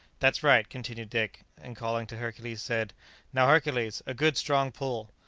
that's right! continued dick, and calling to hercules, said now, hercules a good strong pull!